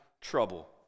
trouble